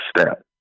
step